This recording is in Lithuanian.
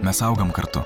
mes augam kartu